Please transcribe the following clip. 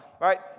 right